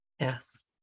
Yes